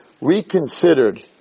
reconsidered